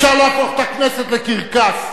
אי-אפשר להפוך את הכנסת לקרקס.